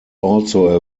also